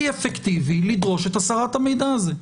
כלי אפקטיבי לדרוש את הסרת המידע הזה?